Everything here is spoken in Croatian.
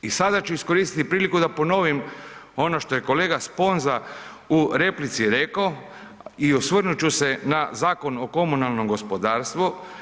I sada ću iskoristiti priliku da ponovim ono što je kolega Sponza u replici reko i osvrnut ću se na Zakon o komunalnom gospodarstvu.